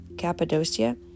Cappadocia